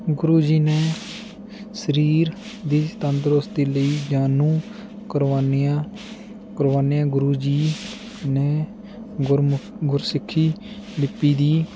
ਗੁਰੂ ਜੀ ਨੇ ਸਰੀਰ ਦੀ ਸੁਤੰਦਰੁਸਤੀ ਲਈ ਜਾਨੀ ਕੁਰਬਾਨੀਆਂ ਕੁਰਬਾਨੀਆਂ ਗੁਰੂ ਜੀ ਨੇ ਗੁਰਮੁ ਗੁਰਸਿੱਖੀ ਲਿਪੀ ਦੀ